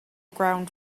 ground